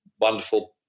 wonderful